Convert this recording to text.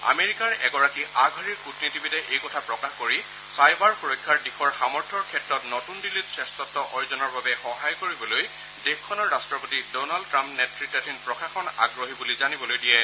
আমেৰিকাৰ এগৰাকী আগশাৰীৰ কূটনীতিবিদে এইকথা প্ৰকাশ কৰি চাইবাৰ সুৰক্ষাৰ দিশৰ সামৰ্থ্যৰ ক্ষেত্ৰত নতুন দিল্লীত শ্ৰেষ্ঠত্ব অৰ্জনৰ বাবে সহায় কৰিবলৈ দেশখনৰ ৰাষ্ট্ৰপতি ডনাল্ড ট্ৰাম্প নেতৃত্বাধীন প্ৰশাসন আগ্ৰহী বুলি জানিবলৈ দিয়ে